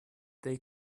they